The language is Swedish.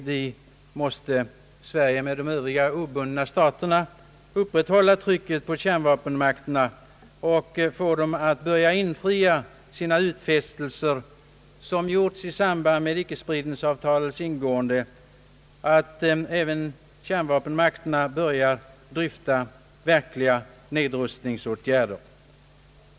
Vi bör tillsammans med övriga obundna stater upprätthålla trycket på kärnvapenmakterna och få dem att börja infria utfästelser som de gjorde i FN i samband med icke-spridningsavtalets ingående att börja dryfta verkliga nedrustningsåtgärder.